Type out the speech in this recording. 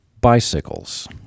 bicycles